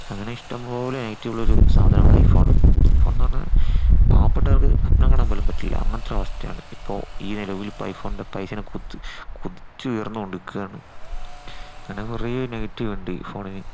അങ്ങനെ ഇഷ്ടംപോലെ നെഗറ്റീവ് ഉള്ളൊരു സാധനം ആണ് ഐഫോൺ ഐഫോൺ എന്നു പറഞ്ഞാൽ പാവപ്പെട്ടവർക്ക് സ്വപ്നം കാണാൻ പോലും പറ്റില്ല അങ്ങനത്തെ ഒരു അവസ്ഥയാണ് ഇപ്പോൾ ഈ നിലവിൽ ഇപ്പോൾ ഐഫോണിൻ്റെ പൈസേനെ കുതിച്ചുയർന്നുകൊണ്ട് നിൽക്കുകയാണ് അങ്ങനെ കുറേ നെഗറ്റീവ് ഉണ്ട് ഈ ഫോണിന്